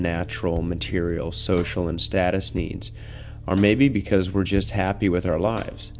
natural material social and status needs our maybe because we're just happy with our lives